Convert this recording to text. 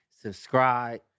subscribe